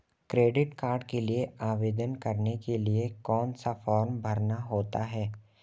Credit card के लिए आवेदन करने के लिए कौन सा फॉर्म भरना होता है?